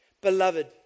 Beloved